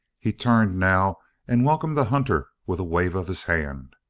he turned now and welcomed the hunter with a wave of his hand.